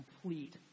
complete